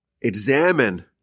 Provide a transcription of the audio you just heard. examine